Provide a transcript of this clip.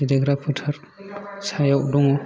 गेलेग्रा फोथार साइआव दङ